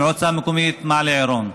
מועצה מקומית מעלה עירון.